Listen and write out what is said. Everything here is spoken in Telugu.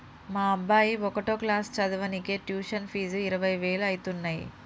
మా అబ్బాయి ఒకటో క్లాసు చదవనీకే ట్యుషన్ ఫీజు ఇరవై వేలు అయితన్నయ్యి